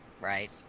right